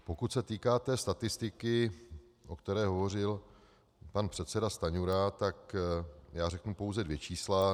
Pokud se týká té statistiky, o které hovořil pan předseda Stanjura, já řeknu pouze dvě čísla.